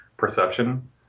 Perception